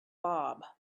bob